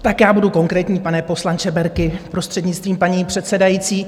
Tak já budu konkrétní, pane poslanče Berki, prostřednictvím paní předsedající.